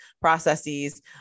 processes